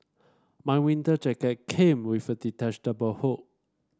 my winter jacket came with a detachable hood